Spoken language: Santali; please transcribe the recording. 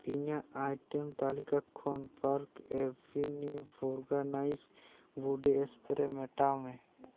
ᱤᱧᱟᱹᱜ ᱟᱭᱴᱮᱢ ᱛᱟᱹᱞᱤᱠᱟ ᱠᱷᱚᱱ Park Avenue of organise body spray ᱢᱮᱴᱟᱣ ᱢᱮ